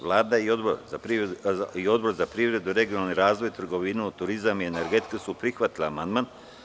Vlada i Odbor za privredu, regionalni razvoj, trgovinu, turizam i energetiku su prihvatili amandman.